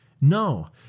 No